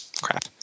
crap